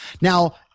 Now